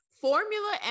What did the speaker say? formula